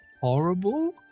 horrible